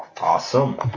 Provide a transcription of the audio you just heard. Awesome